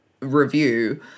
review